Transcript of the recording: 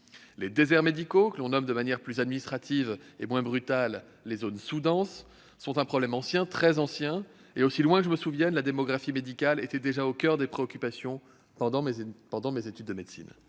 Les déserts médicaux, que l'on nomme de manière plus administrative et moins brutale les « zones sous-denses », constituent un problème ancien, voire très ancien. Aussi loin que je me souvienne, la démographie médicale était déjà au coeur des préoccupations lors de mes études de médecine.